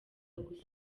gusa